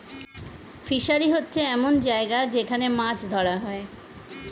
fishery হচ্ছে এমন জায়গা যেখান মাছ ধরা হয়